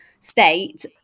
state